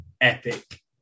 epic